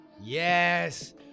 Yes